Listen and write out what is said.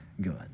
good